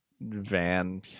van